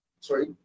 sorry